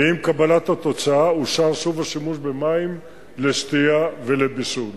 ועם קבלת התוצאה אושר שוב השימוש במים לשתייה ולבישול.